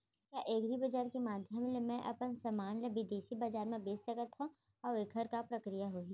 का एग्रीबजार के माधयम ले मैं अपन समान ला बिदेसी बजार मा बेच सकत हव अऊ एखर का प्रक्रिया होही?